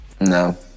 no